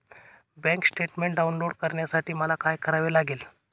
Bank statement download करण्यासाठी मला काय करावे लागेल?